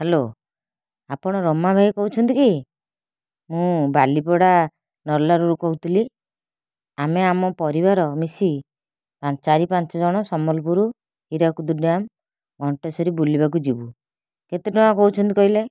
hello ଆପଣ ରମା ଭାଇ କହୁଛନ୍ତି କି ମୁଁ ବାଲିପଡ଼ା ନର୍ଲାରୁ କହୁଥିଲି ଆମେ ଆମ ପରିବାର ମିଶି ପାଂ ଚାରି ପାଞ୍ଚ ଜଣ ସମ୍ବଲପୁର ହିରାକୁଦ ଡ୍ୟାମ୍ ଘଣ୍ଟେଶ୍ୱରୀ ବୁଲିବାକୁ ଯିବୁ କେତେ ଟଙ୍କା କହୁଛନ୍ତି କହିଲେ